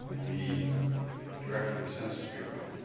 the director of the census bureau.